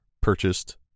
purchased